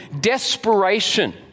desperation